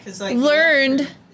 learned